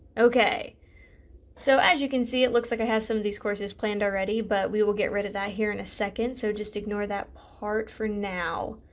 okay so as you can see it looks like i have some of these courses planned already but we will get rid of that here is and a second so just ignore that part for now.